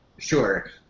Sure